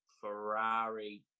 Ferrari